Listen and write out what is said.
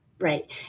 Right